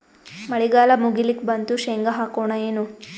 ಮಳಿಗಾಲ ಮುಗಿಲಿಕ್ ಬಂತು, ಶೇಂಗಾ ಹಾಕೋಣ ಏನು?